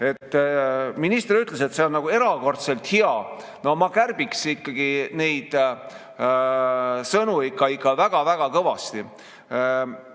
Minister ütles, et see on erakordselt hea. No ma kärbiks neid sõnu ikka väga-väga kõvasti.